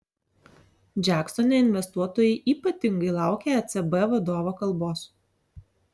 džeksone investuotojai ypatingai laukė ecb vadovo kalbos